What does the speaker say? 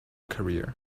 career